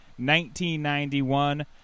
1991